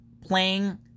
playing